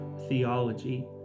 theology